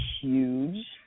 huge